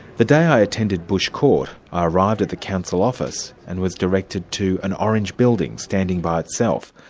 the day i attended bush court i arrived at the council office and was directed to an orange building standing by itself,